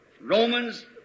Romans